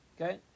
Okay